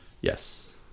Yes